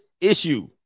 issue